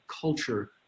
culture